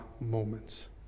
moments